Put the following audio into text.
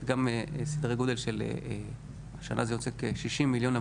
גם סדרי גודל שיוצאים כ-60 מיליון בשנה,